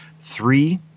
three